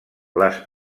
les